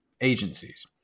agencies